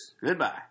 Goodbye